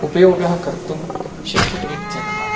उपयोगः कर्तुं शक्यते इत्यतः